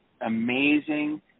amazing